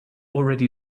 already